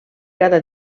cada